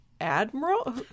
Admiral